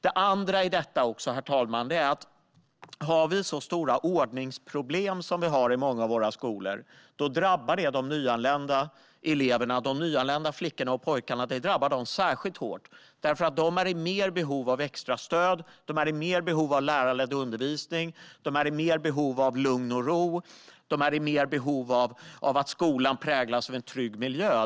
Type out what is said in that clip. En annan sak är att om vi har så stora ordningsproblem som vi har i många av våra skolor drabbar det de nyanlända pojkarna och flickorna särskilt hårt. De är i mer behov av extra stöd, lärarledd undervisning, lugn och ro, och de är i mer behov av att skolan präglas av en trygg miljö.